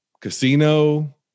Casino